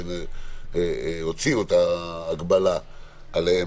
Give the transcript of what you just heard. שהוציאו את ההגבלה עליהם.